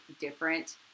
different